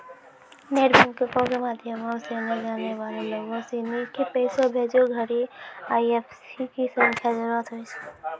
net बैंकिंगो के माध्यमो से नै जानै बाला लोगो सिनी के पैसा भेजै घड़ि आई.एफ.एस.सी संख्या के जरूरत होय छै